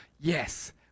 yes